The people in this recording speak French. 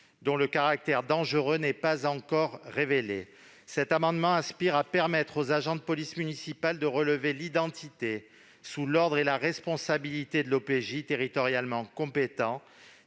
dont le caractère dangereux n'est pas encore révélé. Cet amendement vise à permettre aux agents de police municipale de relever l'identité, sous l'ordre et la responsabilité de l'OPJ territorialement compétent,